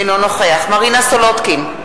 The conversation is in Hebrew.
אינו נוכח מרינה סולודקין,